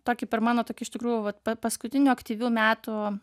tokį per mano tokį iš tikrųjų vat pa paskutinių aktyvių metų